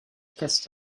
kissed